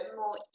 more